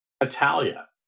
Italia